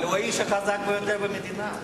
אבל הוא האיש החזק ביותר במדינה.